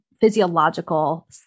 physiological